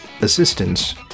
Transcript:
assistance